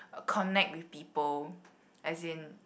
connect with people as in